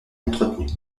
entretenue